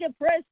press